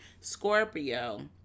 Scorpio